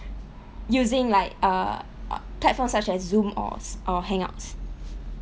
using like uh platform such as zoom or or hangouts